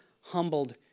humbled